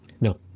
No